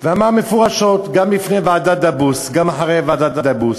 ואמר מפורשות: גם לפני ועדת דבוס וגם אחרי ועדת דבוס,